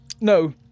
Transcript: No